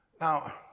Now